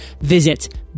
Visit